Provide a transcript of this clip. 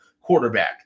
quarterback